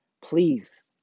Please